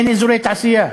אין אזורי תעשייה,